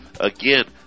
again